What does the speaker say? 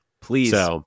Please